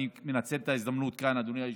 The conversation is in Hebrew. אני מנצל את ההזדמנות כאן, אדוני היושב-ראש,